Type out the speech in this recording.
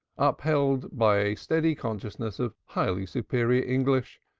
upheld by a steady consciousness of highly superior english,